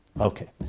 Okay